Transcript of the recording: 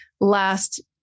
Last